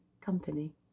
company